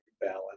balance